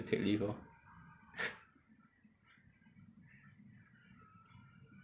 take lift lor